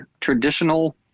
traditional